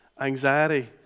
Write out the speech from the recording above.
Anxiety